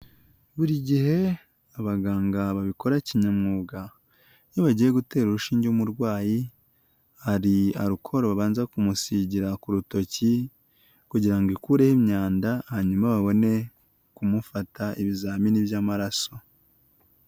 Buri gihe abaganga babikora kinyamwuga iyo bagiye gutera urushinge umurwayi hari arukoru babanza kumusigira ku rutoki kugira ngo ikureho imyanda hanyuma babone kumufata ibizamini by'amararaso.